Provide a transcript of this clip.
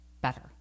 better